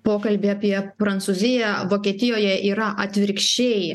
pokalbį apie prancūziją vokietijoje yra atvirkščiai